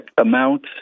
amount